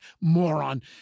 moron